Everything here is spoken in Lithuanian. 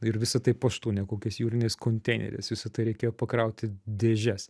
ir visa tai paštu ne kokiais jūriniais konteineriais visa tai reikėjo pakrauti į dėžes